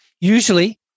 usually